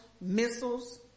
missiles